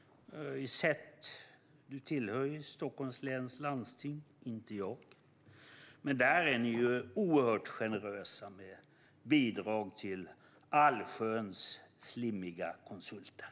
Du tillhör ju Stockholms läns landsting - inte jag. Där är ni oerhört generösa med bidrag till allsköns slimmiga konsulter.